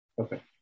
Okay